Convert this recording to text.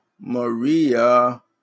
Maria